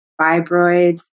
fibroids